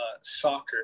soccer